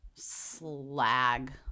Slag